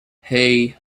hey